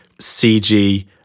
CG